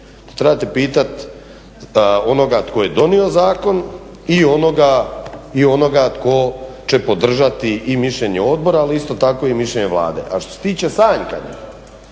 trebate pitati onoga tko je donio zakon i onoga tko će podržati i mišljenje odbora ali isto tako i mišljenje Vlade. A što se tiče sanjkanja,